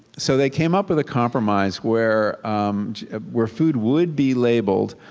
so they came up with a compromise where ah where food would be labeled,